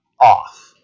off